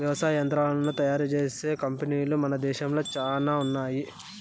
వ్యవసాయ యంత్రాలను తయారు చేసే కంపెనీలు మన దేశంలో చానా ఉన్నాయి